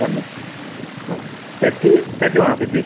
രണ്ടും ആ തെച്ചി തെച്ചി വേണോ തെച്ചി